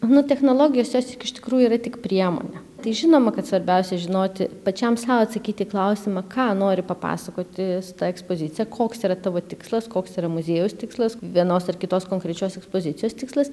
nu technologijos jos juk iš tikrųjų yra tik priemonė tai žinoma kad svarbiausia žinoti pačiam sau atsakyti į klausimą ką nori papasakoti su ta ekspozicija koks yra tavo tikslas koks yra muziejaus tikslas vienos ar kitos konkrečios ekspozicijos tikslas